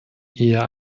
eher